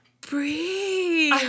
Breathe